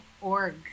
org